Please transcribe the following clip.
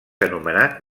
anomenat